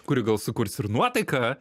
kuri gal sukurs ir nuotaiką